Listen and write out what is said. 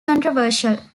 controversial